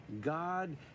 god